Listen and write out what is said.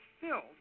filled